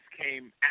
came